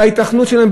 בהיתכנות שלהם,